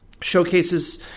showcases